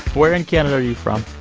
where in canada are you from?